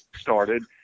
started